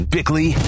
Bickley